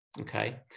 okay